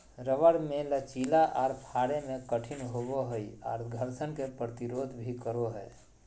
rubber मे लचीला आर फाड़े मे कठिन होवो हय आर घर्षण के प्रतिरोध भी करो हय